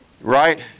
Right